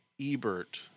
Ebert